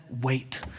wait